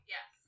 Yes